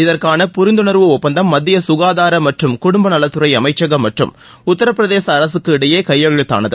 இதற்கான புரிந்துணர்வு ஒப்பந்தம் மத்திய சுகாதார மற்றும் குடும்பநலத்துறை அமைச்சகம் மற்றும் உத்தரப்பிரதேச அரசுக்கு இடையே கையெழுத்தானது